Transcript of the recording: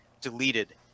deleted